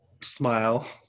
smile